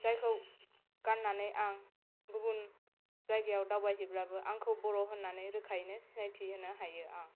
जायखौ गाननानै आं गुबुन जायगायाव दावबाय हैब्लाबो आंखौ बर' होननानै रोखायैनो सिनायथि होनो हायो आं